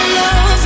love